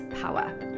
power